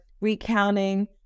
recounting